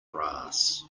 brass